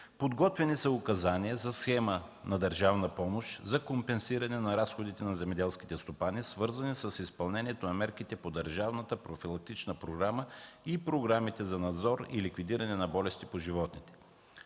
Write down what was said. Подготвени са указания за схема на държавна помощ за компенсиране на разходите на земеделските стопани, свързани с изпълнението на мерките по държавната профилактична програма и програмите за надзор и ликвидиране на болестите по животните.